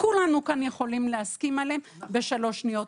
כולנו יכולים להסכים עליהן בשלוש דקות.